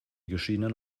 geschiedenen